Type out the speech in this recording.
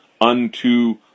unto